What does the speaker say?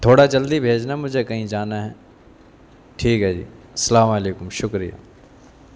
تھوڑا جلدی بھیجنا مجھے کہیں جانا ہے ٹھیک ہے جی السلام علیکم شکریہ